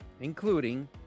including